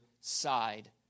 side